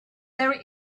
there